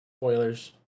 spoilers